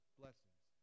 blessings